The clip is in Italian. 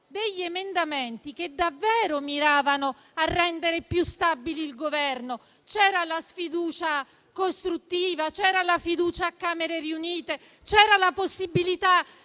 Erano emendamenti che davvero miravano a rendere più stabile il Governo: c'era la sfiducia costruttiva, c'era la fiducia a Camere riunite, c'era la possibilità